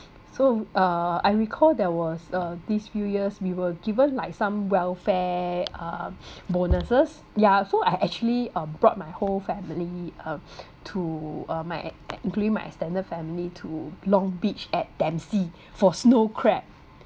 so uh I recall there was uh these few years we were given like some welfare um bonuses ya so I actually um brought my whole family um to uh my ex~ ex~ bring my extended family to long beach at dempsey for snow crab